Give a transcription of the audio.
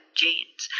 jeans